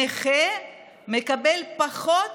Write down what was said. נכה, מקבל פחות